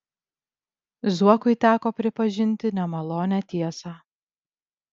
zuokui teko pripažinti nemalonią tiesą